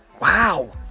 Wow